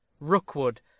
Rookwood